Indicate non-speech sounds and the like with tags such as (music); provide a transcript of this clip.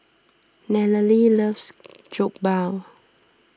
Nallely loves (noise) Jokbal